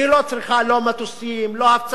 שהיא לא צריכה לא מטוסים, לא הפצצות,